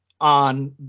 on